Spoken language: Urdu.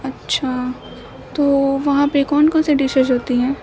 اچھا تو وہاں پہ کون کون سی ڈشز ہوتی ہیں